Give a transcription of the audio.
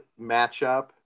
matchup